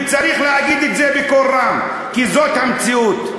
וצריך להגיד את זה בקול רם, כי זאת המציאות.